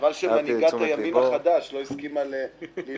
חבל שמנהיגת הימין החדש לא הסכימה להתגמש.